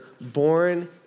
born